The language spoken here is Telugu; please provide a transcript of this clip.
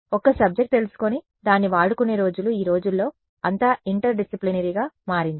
ఒక్క సబ్జెక్ట్ తెలుసుకుని దాన్ని వాడుకునే రోజులు ఈ రోజుల్లో అంతా ఇంటర్ డిసిప్లినరీగా మారింది